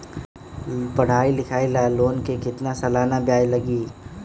पढाई लिखाई ला लोन के कितना सालाना ब्याज लगी?